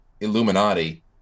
Illuminati